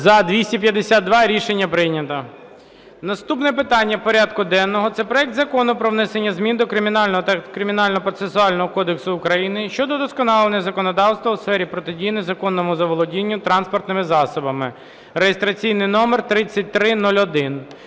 За-252 Рішення прийнято. Наступне питання порядку денного – це проект Закону про внесення змін до Кримінального та Кримінального процесуального кодексів України щодо удосконалення законодавства у сфері протидії незаконному заволодінню транспортним засобом (реєстраційний номер 3301).